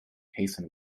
hasten